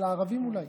אולי